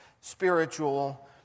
spiritual